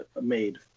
made